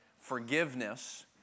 forgiveness